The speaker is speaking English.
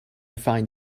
find